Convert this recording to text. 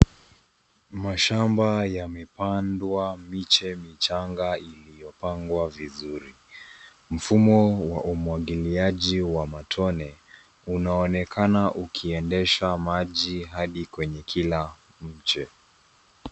Mashamba yamepandwa miche michanga iliyopangwa vizuri. Mfumo wa umwagiliaji wa matone unaonekana ukiedesha maji hadi kwenye kila mche.